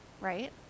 right